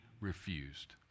refused